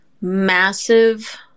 massive